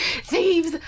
Thieves